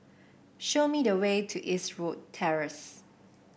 show me the way to Eastwood Terrace